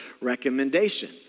recommendation